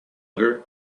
her